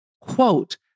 Quote